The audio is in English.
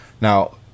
Now